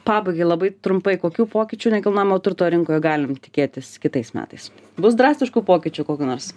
pabaigai labai trumpai kokių pokyčių nekilnojamo turto rinkoje galim tikėtis kitais metais bus drastiškų pokyčių kokių nors